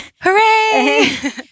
Hooray